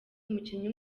umukinnyi